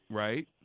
right